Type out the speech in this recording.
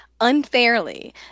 unfairly